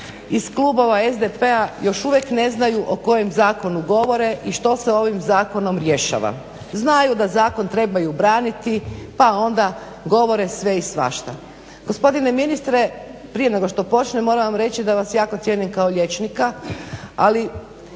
iz klubova SDP-a još uvijek ne znaju o kojem zakonu govore i što se ovim zakonom rješava. Znaju da zakon trebaju braniti pa onda govore sve i svašta. Gospodine ministre, prije nego što počnem moram vam reći da vas jako cijenim kao liječnika, ali